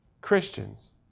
Christians